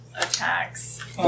attacks